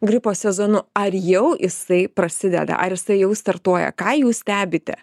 gripo sezonu ar jau jisai prasideda ar jisai jau startuoja ką jūs stebite